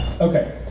okay